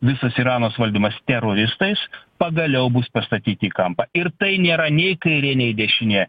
visas iranos valdymas teroristais pagaliau bus pastatyti į kampą ir tai nėra nei kairė nei dešinė